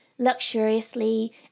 Luxuriously